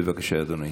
בבקשה, אדוני.